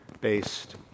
based